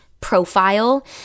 profile